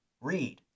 read